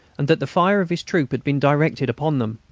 and that the fire of his troop had been directed upon them.